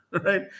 Right